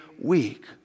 weak